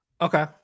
okay